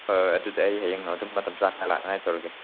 ꯍꯣꯏ ꯍꯣꯏ ꯑꯗꯨꯗꯤ ꯑꯩ ꯍꯌꯦꯡ ꯑꯗꯨꯝ ꯃꯇꯝ ꯆꯥꯅ ꯂꯥꯛꯅꯉꯥꯏ ꯇꯧꯔꯒꯦ